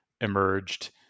emerged